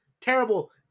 Terrible